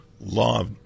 law